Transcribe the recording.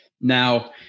Now